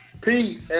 Peace